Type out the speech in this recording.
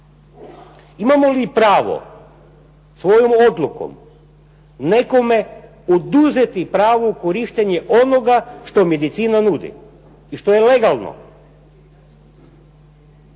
Imamo li pravo svojom odlukom nekome oduzeti pravo korištenja onoga što medicina nudi i što je legalno?